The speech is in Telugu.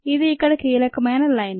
ఇది ఇక్కడ కీలకమైన లైన్